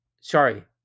Sorry